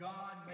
God